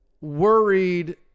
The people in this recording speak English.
worried